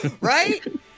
Right